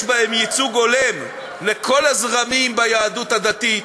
יש בהם ייצוג הולם לכל הזרמים ביהדות הדתית,